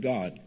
God